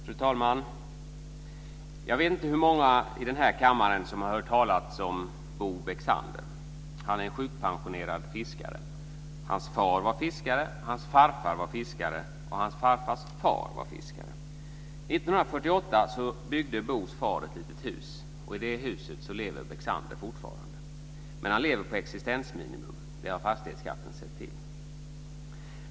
Fru talman! Jag vet inte hur många här i kammaren som har hört talas om Bo Bexander. Han är en sjukpensionerad fiskare. Hans far var fiskare. Hans farfar var fiskare. Och hans farfars far var fiskare. 1948 byggde Bos far ett litet hus. I det huset lever Bo Bexander fortfarande. Men han lever på existensminimum. Det har fastighetsskatten sett till.